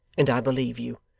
and i believe you.